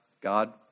God